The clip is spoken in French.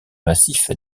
massif